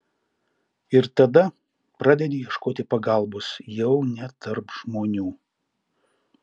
ir tada pradedi ieškoti pagalbos jau ne tarp žmonių